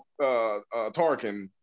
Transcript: Tarkin